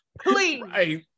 please